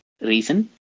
reason